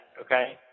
okay